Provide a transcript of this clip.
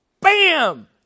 Bam